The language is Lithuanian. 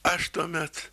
aš tuomet